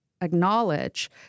acknowledge